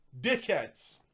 Dickheads